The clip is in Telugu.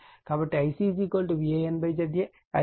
కాబట్టి Ia VAN ZA